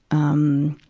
um,